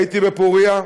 הייתי בפוריה,